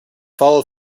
follow